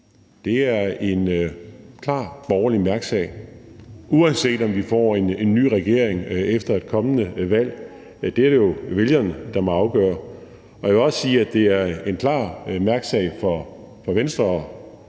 Det er en klar borgerlig mærkesag, uanset om vi får en ny regering efter et kommende valg. Det er jo vælgerne, der må afgøre det. Jeg vil også sige, at det er en klar mærkesag for Venstre og